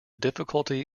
difficulty